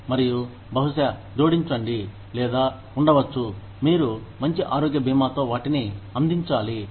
మరియు బహుశా జోడించండి లేదా ఉండవచ్చు మీరు మంచి ఆరోగ్య భీమాతో వాటిని అందించాలి